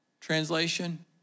translation